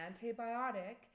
antibiotic